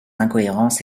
incohérences